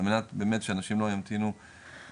על מנת באמת שאנשים לא ימתינו סתם.